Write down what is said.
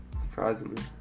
surprisingly